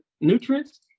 nutrients